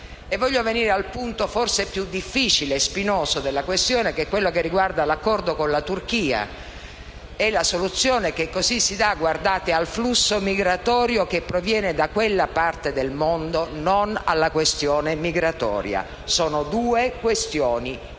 Voglio venire al punto forse più difficile e spinoso della questione, che è quello che riguarda l'accordo con la Turchia e la soluzione che così si dà al flusso migratorio che proviene da quella parte del mondo, non alla questione migratoria. Sono due questioni